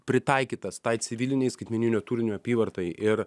pritaikytas tai civilinei skaitmeninio turinio apyvartai ir